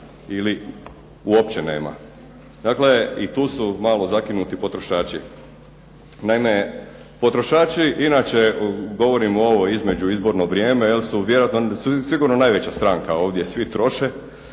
ili uopće nema. Dakle, i tu su malo zakinuti potrošači. Naime, potrošači inače, govorim ovo između, izborno vrijeme, su vjerojatno su sigurno najveća stranka ovdje, svi troše.